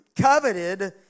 coveted